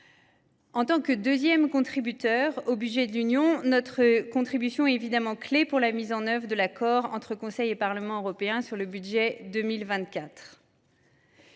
étant deuxième contributeur au budget de l’Union, sa participation est évidemment clé pour la mise en œuvre de l’accord entre le Conseil et le Parlement européen sur le budget 2024.